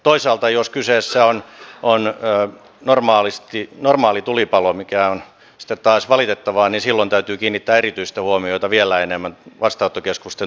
toisaalta jos kyseessä on normaali tulipalo mikä on sitten taas valitettavaa niin silloin täytyy kiinnittää erityistä huomiota vielä enemmän vastaa te keskusten